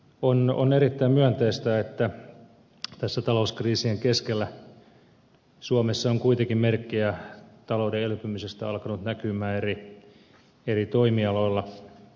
on erittäin myönteistä että tässä talouskriisien keskellä suomessa on kuitenkin merkkejä talouden elpymisestä alkanut näkyä eri toimialoilla